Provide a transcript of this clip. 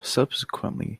subsequently